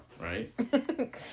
Right